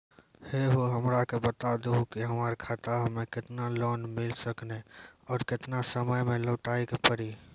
है हो हमरा के बता दहु की हमार खाता हम्मे केतना लोन मिल सकने और केतना समय मैं लौटाए के पड़ी?